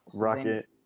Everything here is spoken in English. Rocket